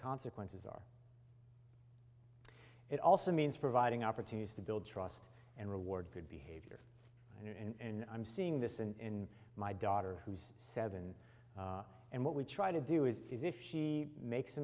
consequences are it also means providing opportunities to build trust and reward good behavior and in i'm seeing this in my daughter who's seven and what we try to do is is if she makes a